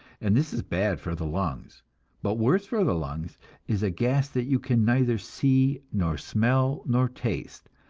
and this is bad for the lungs but worse for the lungs is a gas that you can neither see nor smell nor taste,